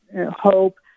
Hope